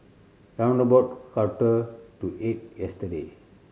round about quarter to eight yesterday